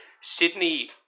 Sydney